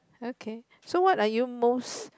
okay so what are you most